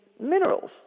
minerals